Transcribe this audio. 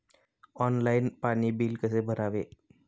Online पाणी bill कसे भरावे?